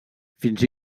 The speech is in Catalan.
fins